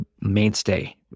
mainstay